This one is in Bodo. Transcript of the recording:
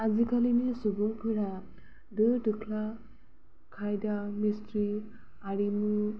आजिखालिनि सुबुंफोरा दो दोख्ला खायदा मिस्त्रि आरिमु